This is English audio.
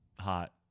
hot